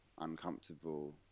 uncomfortable